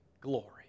glory